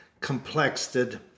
complexed